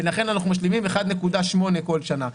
לכן אנחנו משלימים 1.8 כל שנה.